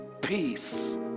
peace